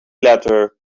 letter